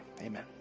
Amen